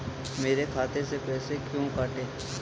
मेरे खाते से पैसे क्यों कटे?